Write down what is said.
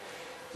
בסדר.